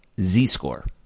z-score